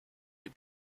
you